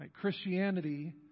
Christianity